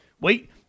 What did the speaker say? wait